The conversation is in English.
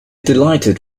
delighted